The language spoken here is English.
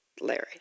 Larry